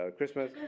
Christmas